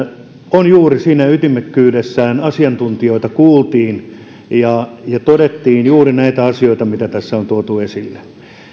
on juuri siinä ytimekkyydessään asiantuntijoita kuultiin ja todettiin juuri näitä asioita mitä tässä on tuotu esille